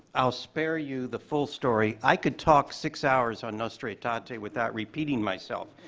i'll spare you the full story. i could talk six hours on nostra aetate without repeating myself,